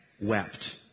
wept